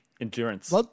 Endurance